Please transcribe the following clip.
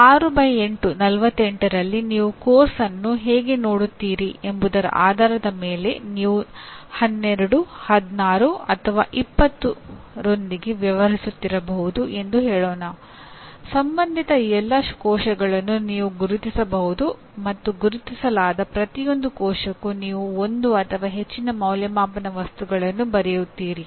6 by 8 48 ರಲ್ಲಿ ನೀವು course ಅನ್ನು ಹೇಗೆ ನೋಡುತ್ತೀರಿ ಎಂಬುದರ ಆಧಾರದ ಮೇಲೆ ನೀವು 12 16 ಅಥವಾ 20 ರೊಂದಿಗೆ ವ್ಯವಹರಿಸುತ್ತಿರಬಹುದು ಎಂದು ಹೇಳೋಣ ಸಂಬಂಧಿತ ಎಲ್ಲಾ ಕೋಶಗಳನ್ನು ನೀವು ಗುರುತಿಸಬಹುದು ಮತ್ತು ಗುರುತಿಸಲಾದ ಪ್ರತಿಯೊಂದು ಕೋಶಕ್ಕೂ ನೀವು ಒಂದು ಅಥವಾ ಹೆಚ್ಚಿನ ಅಂದಾಜುವಿಕೆಯ ವಸ್ತುಗಳನ್ನು ಬರೆಯುತ್ತೀರಿ